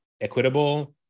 equitable